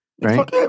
Right